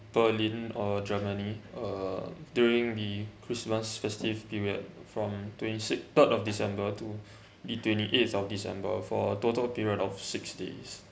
berlin uh germany uh during the christmas festive period from twenty six third of december to the twenty eight of december for total of period of six days